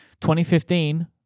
2015